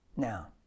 Now